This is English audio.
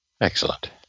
Excellent